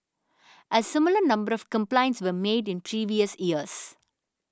a similar number of complaints were made in previous years